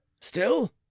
Still